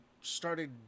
started